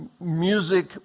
music